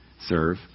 serve